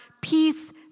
peace